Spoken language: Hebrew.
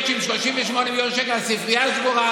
שעם 38 מיליון שקלים הספרייה סגורה.